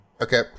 Okay